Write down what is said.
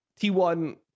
T1